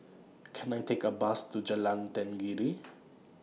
Can I Take A Bus to Jalan Tenggiri